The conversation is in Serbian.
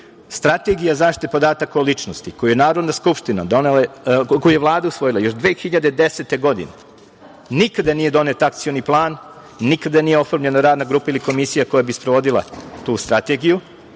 strategija zaštite podataka o ličnosti koju je Vlada usvojila još 2010. godine, nikada nije donet akcioni plan, nikada nije oformljena radna grupa ili komisija koja bi sprovodila tu strategiju,